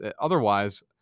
Otherwise